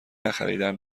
نخریدهام